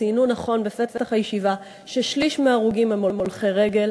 ציינו נכון בפתח הישיבה ששליש מההרוגים הם הולכי רגל,